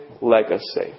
legacy